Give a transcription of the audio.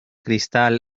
cristal